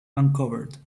uncovered